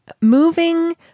Moving